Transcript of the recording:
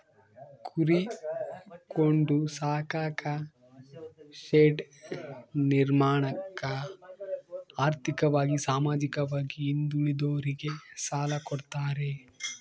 ಕುರಿ ಕೊಂಡು ಸಾಕಾಕ ಶೆಡ್ ನಿರ್ಮಾಣಕ ಆರ್ಥಿಕವಾಗಿ ಸಾಮಾಜಿಕವಾಗಿ ಹಿಂದುಳಿದೋರಿಗೆ ಸಾಲ ಕೊಡ್ತಾರೆ